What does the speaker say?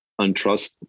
untrust